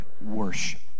worship